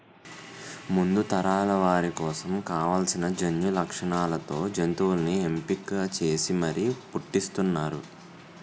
ముందు తరాల వారి కోసం కావాల్సిన జన్యులక్షణాలతో జంతువుల్ని ఎంపిక చేసి మరీ పుట్టిస్తున్నారు